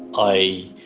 i